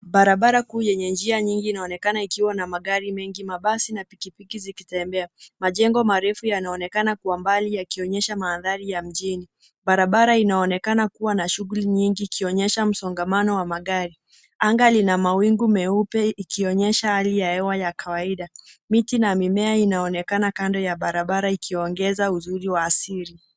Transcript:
Barabara kuu enye njia nyingi, inaonekana ikiwa na magari mengi mabasi na pikipiki zikitembea. Majengo marefu yanaonekana kwa mbali yakionyesha maandari ya mjini. Barabara inaonekana kuwa na shughuli nyingi, ikionyesha mzongamano wa magari, Anga lina mawingu meupe ikionyesha hali ya hewa ya kawaida. Miti na mimea inaonekana kando ya barabara ikiongeza uzuri asili.